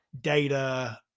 data